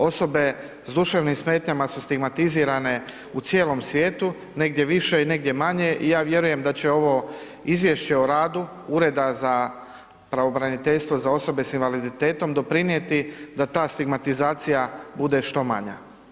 Osobe s duševnim smetnjama su stigmatizirane u cijelom svijetu, negdje više, negdje manje i ja vjerujem da će ovo Izvješće o radu Ureda za pravobraniteljstvo za osobe s invaliditetom doprinijeti da ta stigmatizacija bude što manja.